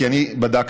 כי אני בדקתי,